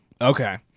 Okay